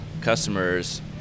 customers